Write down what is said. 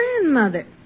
grandmother